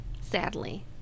sadly